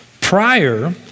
Prior